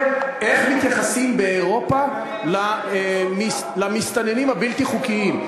איך מתייחסים באירופה למסתננים הבלתי-חוקיים.